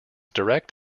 direct